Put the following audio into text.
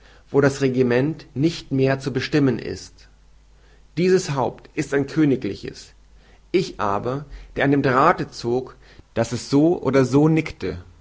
wo das regiment nicht mehr zu bestimmen ist dieses haupt ist ein königliches ich aber der an dem drathe zog daß es so oder so nickte